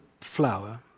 flower